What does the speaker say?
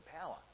power